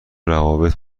روابط